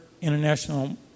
international